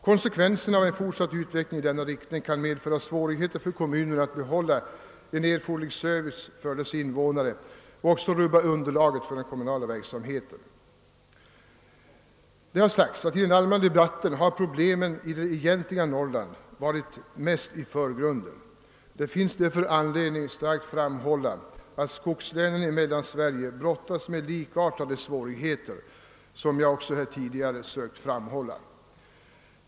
Konsekvenserna av en fortsatt utveckling i denna riktning kan medföra svårigheter för kommunerna att behålla erforderlig service för sina invånare och kan även rubba underlaget för den kommunala verksamheten. Det har sagts i den allmänna debatten att problemen i det egentliga Norrland stått i förgrunden. Det finns därför anledning att starkt framhålla att skogslänen i Mellansverige brottas med likartade svårigheter, såsom jag också försökt framhålla.